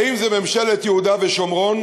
האם זאת ממשלת יהודה ושומרון,